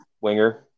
winger